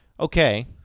Okay